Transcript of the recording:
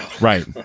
Right